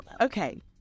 Okay